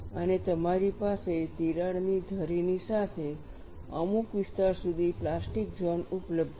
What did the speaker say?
અને તમારી પાસે તિરાડની ધરીની સાથે અમુક વિસ્તાર સુધી પ્લાસ્ટિક ઝોન ઉપલબ્ધ છે